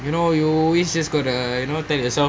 you know you always got to tell yourself